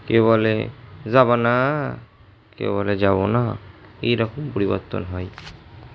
কেউ বলে যাবা না কেউ বলে যাব না এইরকম পরিবর্তন হয়